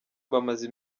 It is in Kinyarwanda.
bamaze